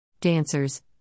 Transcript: Dancers